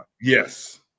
Yes